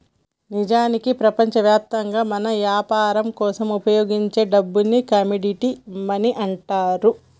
నిజానికి ప్రపంచవ్యాప్తంగా మనం యాపరం కోసం ఉపయోగించే డబ్బుని కమోడిటీ మనీ అంటారు